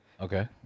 Okay